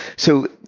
so